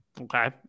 Okay